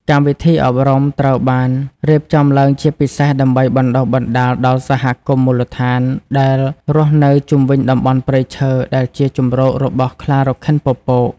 កម្មវិធីអប់រំត្រូវបានរៀបចំឡើងជាពិសេសដើម្បី បណ្ដុះបណ្ដាលដល់សហគមន៍មូលដ្ឋាន ដែលរស់នៅជុំវិញតំបន់ព្រៃឈើដែលជាជម្រករបស់ខ្លារខិនពពក។